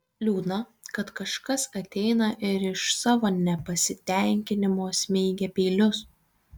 liūdna kad kažkas ateina ir iš savo nepasitenkinimo smeigia peilius